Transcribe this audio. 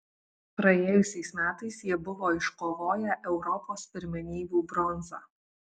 praėjusiais metais jie buvo iškovoję europos pirmenybių bronzą